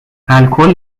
الکل